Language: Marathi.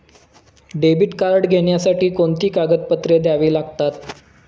डेबिट कार्ड घेण्यासाठी कोणती कागदपत्रे द्यावी लागतात?